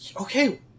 okay